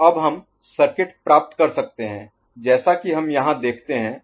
तो अब हम सर्किट प्राप्त कर सकते हैं जैसा कि हम यहां देखते हैं